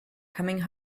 coming